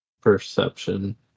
Perception